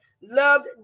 loved